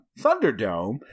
Thunderdome